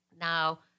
Now